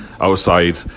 outside